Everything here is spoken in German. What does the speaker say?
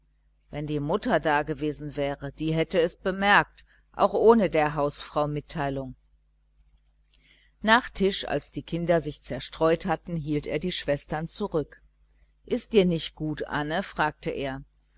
wenn die mutter dagewesen wäre die hätte es bemerkt auch ohne der hausfrau mitteilung nach tisch als sich die kinder zerstreut hatten hielt er die schwestern zurück ist dir's nicht gut anne fragte er